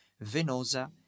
Venosa